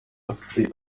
afite